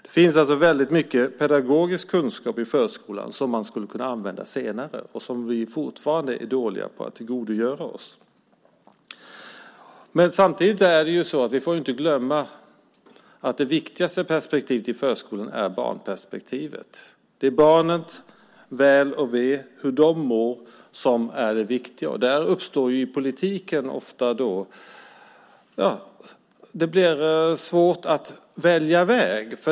Det finns alltså väldigt mycket pedagogisk kunskap i förskolan som man skulle kunna använda senare och som vi fortfarande är dåliga på att tillgodogöra oss. Men vi får inte glömma att det viktigaste perspektivet i förskolan är barnperspektivet. Det är barnens väl och ve och hur de mår som är det viktiga. I politiken blir det svårt att välja väg.